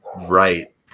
right